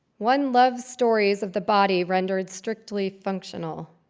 one loves stories of the body rendered strictly functional,